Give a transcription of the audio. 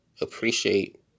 Appreciate